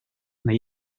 neu